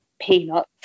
peanuts